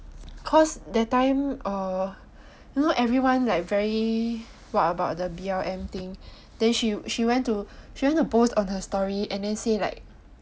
cause that time err now everyone like very [what] about the B_L_M thing then she she went to put on her story and then say like